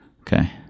Okay